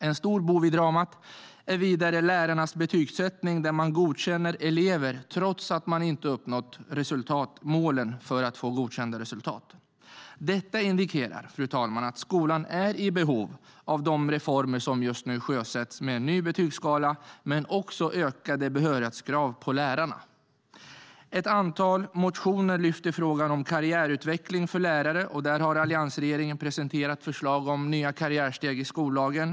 En stor bov i dramat är vidare lärarnas betygssättning och att de godkänner elever trots att eleverna inte har uppnått målen för att få godkända betyg. Detta indikerar att skolan är i behov av de reformer som just nu sjösätts med en ny betygsskala men också med ökade behörighetskrav på lärarna. I ett antal motioner lyfts frågan om karriärutveckling för lärare fram. Där har alliansregeringen presenterat förslag om nya karriärsteg i skollagen.